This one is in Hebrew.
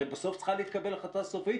הרי בסוף צריכה להתקבל החלטה סופית,